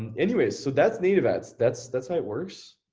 and anyways, so that's native ads, that's that's how it works.